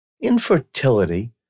Infertility